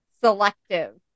selective